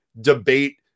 debate